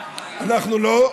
אנחנו לא.